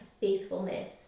faithfulness